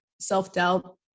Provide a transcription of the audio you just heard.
self-doubt